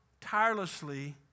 tirelessly